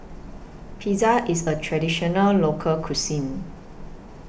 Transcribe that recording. Pizza IS A Traditional Local Cuisine